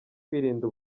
kwirinda